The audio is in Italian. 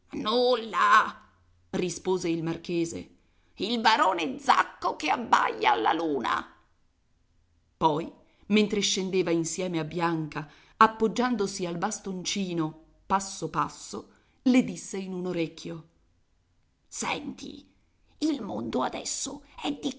nulla rispose il marchese il barone zacco che abbaia alla luna poi mentre scendeva insieme a bianca appoggiandosi al bastoncino passo passo le disse in un orecchio senti il mondo adesso è di